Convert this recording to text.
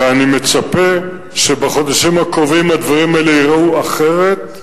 ואני מצפה שבחודשים הקרובים הדברים האלה ייראו אחרת.